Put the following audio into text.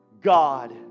God